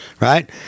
right